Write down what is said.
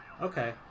Okay